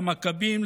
למכבים,